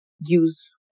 Use